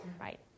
right